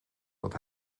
dat